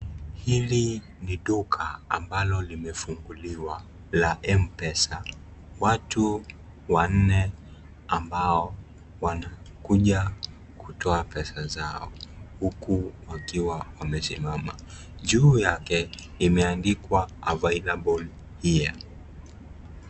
Hili ni duka amabalo limefunguliwa la Mpesa . Watu wanne ambao wamekuja kutoa pesa zao , huku wakiwa wamesimama. Juu yake limeandikwa Available here .